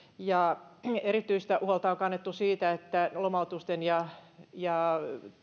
ja erityistä huolta on kannettu siitä että lomautusten ja ja